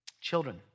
Children